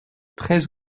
treize